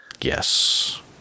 Yes